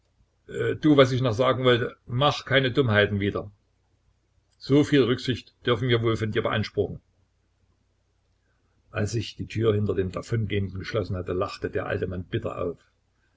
du was ich noch sagen wollte mach keine dummheiten wieder soviel rücksicht dürfen wir wohl von dir beanspruchen als sich die tür hinter dem davongehenden geschlossen hatte lachte der alte mann bitter auf